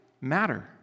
matter